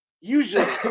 usually